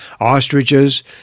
ostriches